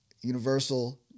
Universal